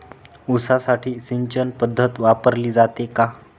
ऊसासाठी सिंचन पद्धत वापरली जाते का?